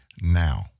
now